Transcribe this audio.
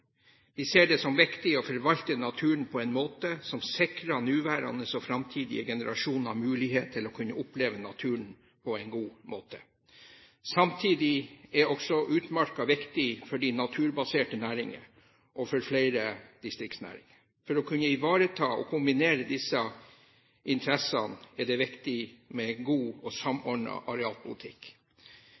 Vi ser det som viktig å forvalte naturen på en måte som sikrer nåværende og framtidige generasjoner mulighet til å kunne oppleve naturen på en god måte. Samtidig er også utmarka viktig for de naturbaserte næringene og for flere distriktsnæringer. For å kunne ivareta og kombinere disse interessene er det viktig med en god og samordnet arealpolitikk.